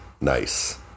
nice